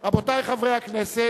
רבותי חברי הכנסת,